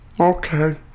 Okay